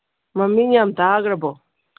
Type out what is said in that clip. ꯃꯃꯤꯡ ꯌꯥꯝ ꯇꯥꯒ꯭ꯔꯕꯣ